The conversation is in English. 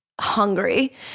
hungry